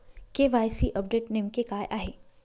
KYC update नेमके काय आहे?